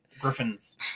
Griffins